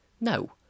No